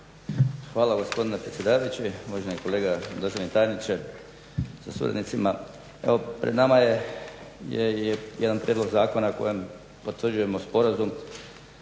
Hvala gospodine predsjedavajući, uvaženi kolega državni tajniče sa suradnicima. Evo pred nama je i jedan prijedlog zakona kojim potvrđujemo sporazum,